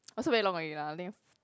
also very long already lah I think